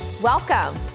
Welcome